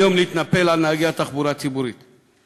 היום להתנפל על נהגי התחבורה הציבורית,